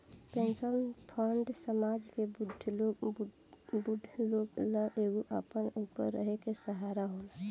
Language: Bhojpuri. पेंशन फंड समाज के बूढ़ लोग ला एगो अपना ऊपर रहे के सहारा होला